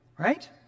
right